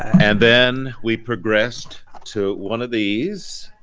and then we progressed to one of these.